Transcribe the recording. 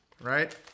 right